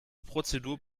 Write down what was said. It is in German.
prozedur